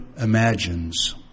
imagines